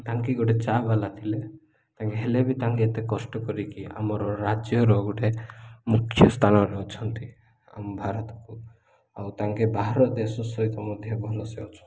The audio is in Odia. ତାଙ୍କେ ଗୋଟେ ଚା ବାଲା ଥିଲେ ତାଙ୍କେ ହେଲେ ବି ତାଙ୍କେ ଏତେ କଷ୍ଟ କରିକି ଆମର ରାଜ୍ୟର ଗୋଟେ ମୁଖ୍ୟ ସ୍ଥାନରେ ଅଛନ୍ତି ଆମ ଭାରତକୁ ଆଉ ତାଙ୍କେ ବାହାର ଦେଶ ସହିତ ମଧ୍ୟ ଭଲସେ ଅଛନ୍ତି